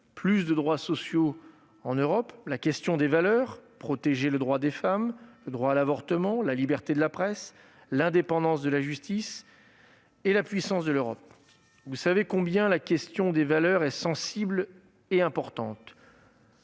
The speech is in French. plus de droits sociaux en Europe -, la question des valeurs- protéger le droit des femmes, le droit à l'avortement, la liberté de la presse ou encore l'indépendance de la justice -et la puissance de l'Europe. Vous savez combien la question des valeurs est sensible et importante.